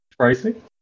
Tracy